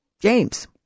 James